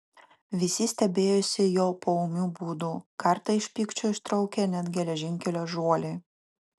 visi stebėjosi jo poūmiu būdu kartą iš pykčio ištraukė net geležinkelio žuolį